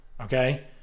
okay